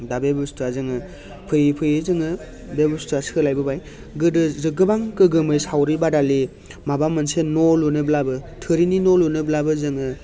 दा बे बुस्थुआ जोङो फैयै फैयै जोङो बे बुस्थुआ सोलायबोबाय गोदो गोबां गोगोमै सावरि बादालि माबा मोनसे न' लुनोब्लाबो थोरिनि न' लुनोब्लाबो जोङो